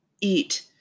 eat